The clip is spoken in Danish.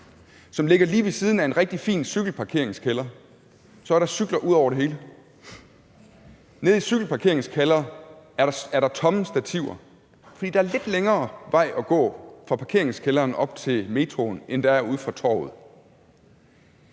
som ligger lige ved siden af en rigtig fin cykelparkeringskælder, så er der cykler ud over det hele, mens der nede i cykelparkeringskælderen er tomme stativer; det er, fordi der er lidt længere vej at gå fra parkeringskælderen op til metroen, end der er ude fra torvet.